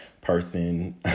person